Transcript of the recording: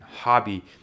hobby